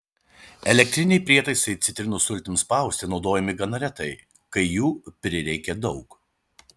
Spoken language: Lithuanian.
elektriniai prietaisai citrinų sultims spausti naudojami gana retai kai jų prireikia daug